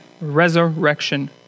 resurrection